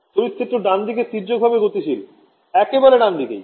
তড়িৎ ক্ষেত্র ডানদিকে তির্যক ভাবে গতিশীল একেবারে ডানদিকেই